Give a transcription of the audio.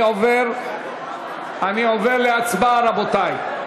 אני עובר להצבעה, רבותי.